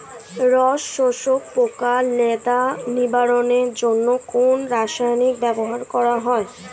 রস শোষক পোকা লেদা নিবারণের জন্য কোন রাসায়নিক ব্যবহার করা হয়?